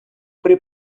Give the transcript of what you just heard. при